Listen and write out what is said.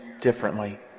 differently